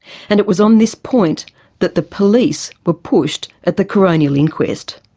and it was on this point that the police were pushed at the coronial inquest.